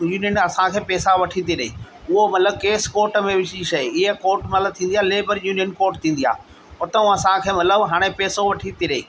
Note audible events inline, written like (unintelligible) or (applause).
union असांखे पैसा वठी थी ॾिए उहो मतलबु केस कोट में (unintelligible) इयं कोट मतलबु थींदी आहे लेबर यूनियन कोट थींदी आहे उतां असांखे मतलबु हाणे पैसो वठी थी ॾिए